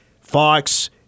Fox